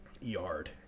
yard